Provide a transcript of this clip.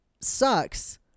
sucks